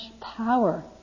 power